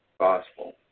gospel